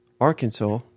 Arkansas